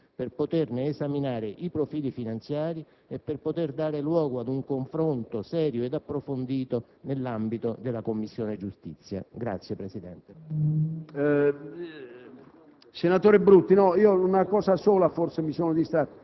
della discussione di questo disegno di legge per poterne esaminare i profili finanziari e per poter dare luogo ad un confronto serio e approfondito nell'ambito della Commissione giustizia. *(Applausi dei